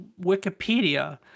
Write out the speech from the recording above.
Wikipedia